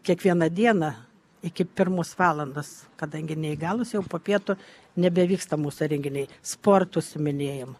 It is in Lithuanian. kiekvieną dieną iki pirmos valandos kadangi neįgalūs jau po pietų nebevyksta mūsų renginiai sportus minėjom